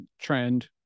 trend